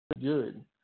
good